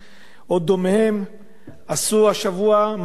עשו השבוע מעשה נפשע כזה גם ב"יד ושם".